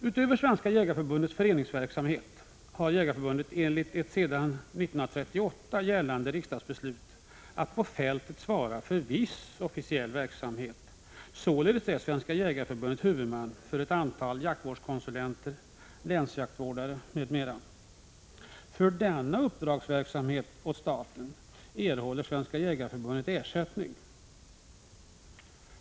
Utöver Svenska jägareförbundets föreningsverksamhet har Jägareförbundet enligt ett sedan 1938 gällande riksdagsbeslut att på fältet svara för viss officiell verksamhet. Således är Svenska jägareförbundet huvudman för ett antal jaktvårdskonsulenter, länsjaktvårdare, m.m. För denna uppdragsverksamhet åt staten erhåller Svenska jägareförbundet ersättning.